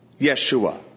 Yeshua